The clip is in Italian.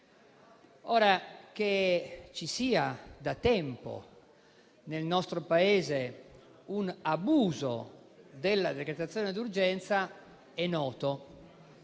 Che ci sia da tempo nel nostro Paese un abuso della decretazione d'urgenza è noto,